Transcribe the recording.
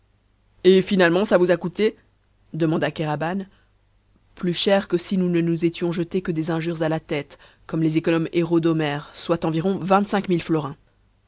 et finalement ça vous a coûté demanda kéraban plus cher que si nous ne nous étions jetés que des injures à la tête comme les économes héros d'homère soit environ